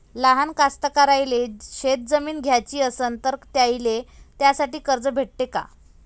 लहान कास्तकाराइले शेतजमीन घ्याची असन तर त्याईले त्यासाठी कर्ज भेटते का?